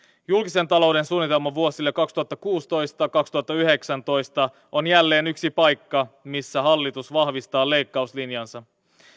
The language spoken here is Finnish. julkisen talouden suunnitelma vuosille kaksituhattakuusitoista viiva kaksituhattayhdeksäntoista on jälleen yksi paikka missä hallitus vahvistaa leikkauslinjansa